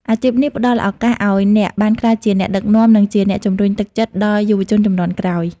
អាជីពនេះផ្តល់ឱកាសឱ្យអ្នកបានក្លាយជាអ្នកដឹកនាំ និងជាអ្នកជំរុញទឹកចិត្ត ដល់យុវជនជំនាន់ក្រោយ។